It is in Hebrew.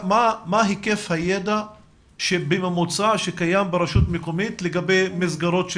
מה היקף הידע שבממוצע קיים ברשות מקומית לגבי מסגרות.